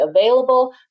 available